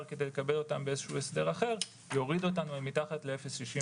כדי לקבל אותם באיזה הסדר אחר יוריד אותנו אל מתחת ל-0.65%.